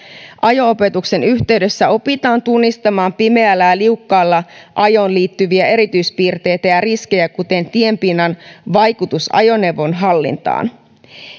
ajo opetuksen yhteydessä opitaan tunnistamaan pimeällä ja liukkaalla ajoon liittyviä erityispiirteitä ja riskejä kuten tienpinnan vaikutus ajoneuvon hallintaan